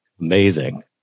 Amazing